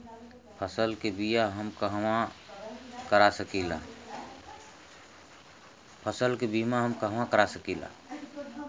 फसल के बिमा हम कहवा करा सकीला?